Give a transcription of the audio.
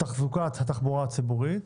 תחזוקת התחבורה הציבורית